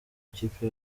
ikipe